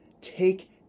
take